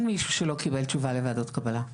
מישהו שלא קיבל תשובה לוועדות קבלה.